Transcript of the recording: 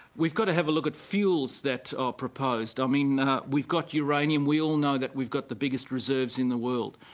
we've got to have a look at fuels that are proposed. i mean we've got uranium we all know that we've got the biggest reserves in the world.